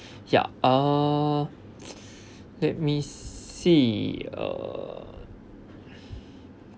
ya err let me see uh